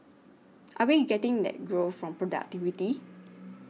are we getting that growth from productivity